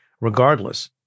regardless